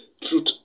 truth